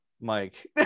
Mike